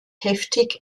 heftig